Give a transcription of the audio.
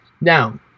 Now